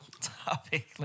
topic